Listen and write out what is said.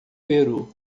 peru